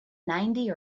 ninety